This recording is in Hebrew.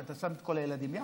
שאתה שם את כל הילדים יחד,